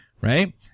right